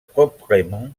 proprement